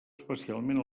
especialment